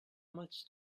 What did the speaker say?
much